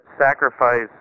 sacrifice